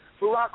Barack